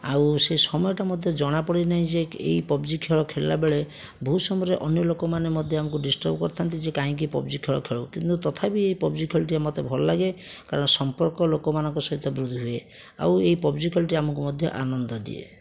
ଆଉ ସେ ସମୟଟି ମଧ୍ୟ ଜଣାପଡ଼େ ନାହିଁ ଯେ ଏଇ ପବଜି ଖେଳ ଖେଳିଲାବେଳେ ବହୁ ସମୟରେ ଅନ୍ୟ ଲୋକମାନେ ମଧ୍ୟ ଆମକୁ ଡ଼ିଷଟର୍ଵ କରିଥାଆନ୍ତି ଯେ କାହିଁକି ପବଜି ଖେଳ ଖେଳୁ କିନ୍ତୁ ତଥାପି ଏଇ ପବଜି ଖେଳଟି ମୋତେ ଭଲ ଲାଗେ କାରଣ ସମ୍ପର୍କ ଲୋକମାନଙ୍କ ସହିତ ବୃଦ୍ଧି ହୁଏ ଆଉ ଏଇ ପବଜି ଖେଳଟି ଆମକୁ ମଧ୍ୟ ଆନନ୍ଦ ଦିଏ